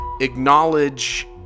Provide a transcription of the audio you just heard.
acknowledge